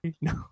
No